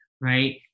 right